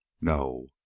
No